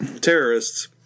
Terrorists